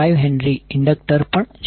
5H inductor પણ છે